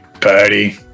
Party